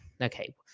Okay